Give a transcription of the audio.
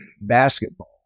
basketball